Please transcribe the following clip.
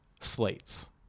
slates